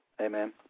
Amen